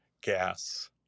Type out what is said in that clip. gas